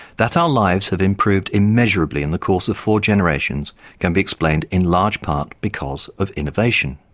that our lives have improved immeasurably in the course of four generations can be explained in large part because of innovation.